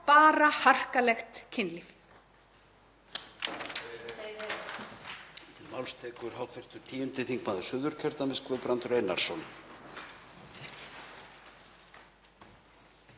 bara harkalegt kynlíf.